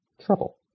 trouble